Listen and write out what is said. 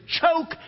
choke